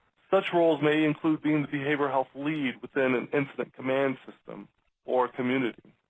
such roles may include being the behavioral health lead within an incident command system or community.